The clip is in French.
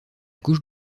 couche